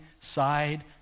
side